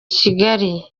kigali